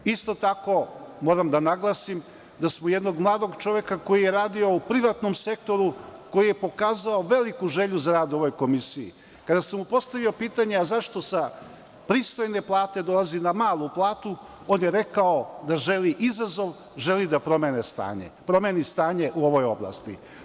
Isto tako, moram da naglasim da smo jednog mladog čoveka koji je radio u privatnom sektoru, koji je pokazao veliku želju za rad u ovoj Komisiji, kada sam mu postavio pitanje – a zašto sa pristojne plate dolazi na malu platu, on je rekao da želi izazov, želi da promeni stanje u ovoj oblasti.